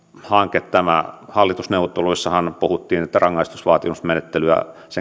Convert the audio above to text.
hanke hallitusneuvotteluissahan puhuttiin että rangaistusvaatimusmenettelyn